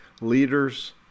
Leaders